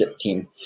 team